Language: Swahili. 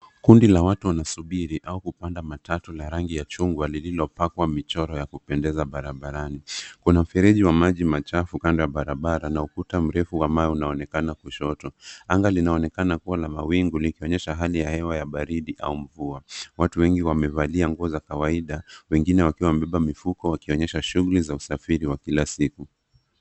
Kundi la watu wanasubiri au kupanda matatu la rangi ya chungwa lililopakwa michoro ya kupendeza barabarani. Kuna mfereji wa maji machafu kando ya barabara na ukuta mrefu wa mawe unaonekana kushoto. Anga linaonekana kuwa na mawingu, likionyesha hali ya hewa baridi au mvua. Watu wengi wamevalia nguo za kawaida, wengine wakiwa wamebeba mifuko wakionyesha shughuli za usafiri wa kila siku.